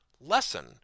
lesson